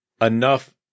enough